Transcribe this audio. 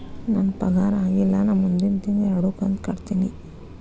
ನನ್ನ ಪಗಾರ ಆಗಿಲ್ಲ ನಾ ಮುಂದಿನ ತಿಂಗಳ ಎರಡು ಕಂತ್ ಕಟ್ಟತೇನಿ